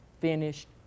finished